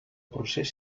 procés